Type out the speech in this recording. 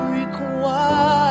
required